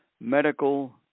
medical